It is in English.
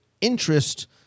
interest